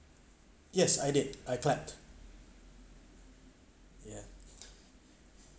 yes I did I clapped ya